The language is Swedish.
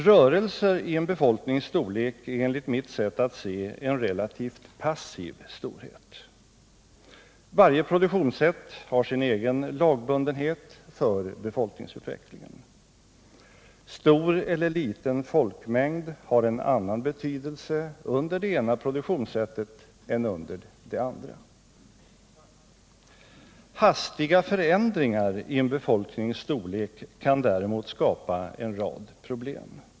Rörelser i en befolknings storlek är enligt mitt sätt att se en relativt passiv storhet. Varje produktionssätt har sin egen lagbundenhet för befolkningsutvecklingen. Stor eller liten folkmängd har en annan betydelse under det ena produktionssättet än under det andra. Hastiga förändringar i en befolknings storlek kan däremot skapa en rad problem.